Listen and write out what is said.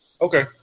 okay